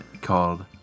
called